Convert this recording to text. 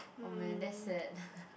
oh man that's sad